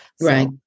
Right